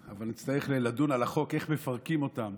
אבל נצטרך לדון על החוק איך מפרקים אותם